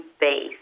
base